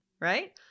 right